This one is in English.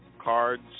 Cards